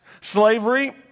Slavery